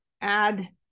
add